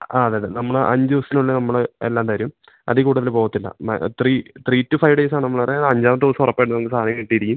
ആ അതെ അതെ നമ്മള് അഞ്ചൂസത്തിനുള്ളി നമ്മള് എല്ലാം തരും അതി കൂട്തല് പോവത്തില്ല മേഡ ത്രീ ത്രീ റ്റു ഫൈവ് ഡേയ്സാ നമ്മളത് അഞ്ചാമത്തൂസ ഒറപ്പായിട്ടും നമക്ക് സാധന കിട്ടിയിരിക്കും